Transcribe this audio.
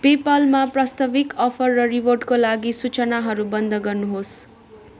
pay पालमा प्रस्तावित offer र रिवार्डका लागि सूचनाहरू बन्द गर्नुहोस्